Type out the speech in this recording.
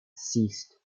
ceased